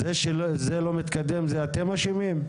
זה שזה לא מתקדם, אתם אשמים בזה?